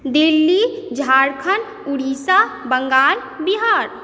Delhi Jharkhand Odisha Bengal Bihar